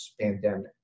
pandemic